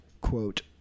quote